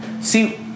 See